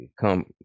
come